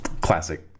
classic